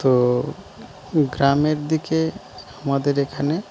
তো গ্রামের দিকে আমাদের এখানে